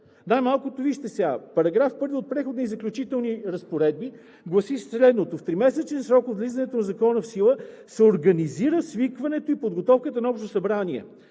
Най-малкото, вижте сега –§ 1 от Преходни и заключителни разпоредби гласи следното: „В тримесечен срок от влизането на Закона в сила се организира свикването и подготовката на Общо събрание.“